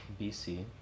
BC